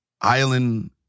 island